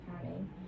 accounting